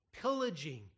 pillaging